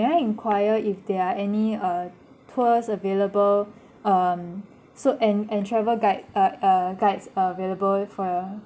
may I enquire if there are any uh tours available um so and and travel guide uh uh guides uh available for your